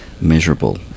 measurable